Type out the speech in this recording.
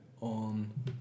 on